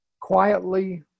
quietly